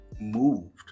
moved